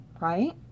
right